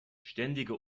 ständige